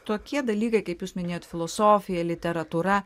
tokie dalykai kaip jūs minėjot filosofija literatūra